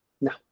No